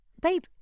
Babe